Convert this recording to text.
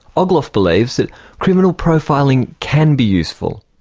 ogloff believes that criminal profiling can be useful,